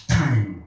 time